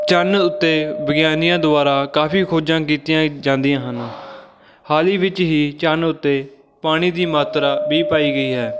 ਚੰਨ ਉੱਤੇ ਵਿਗਿਆਨੀਆਂ ਦੁਆਰਾ ਕਾਫੀ ਖੋਜਾਂ ਕੀਤੀਆਂ ਜਾਂਦੀਆਂ ਹਨ ਹਾਲ ਹੀ ਵਿੱਚ ਹੀ ਚੰਨ ਉੱਤੇ ਪਾਣੀ ਦੀ ਮਾਤਰਾ ਵੀ ਪਾਈ ਗਈ ਹੈ